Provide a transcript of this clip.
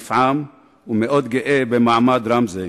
נפעם ומאוד גאה במעמד רם זה,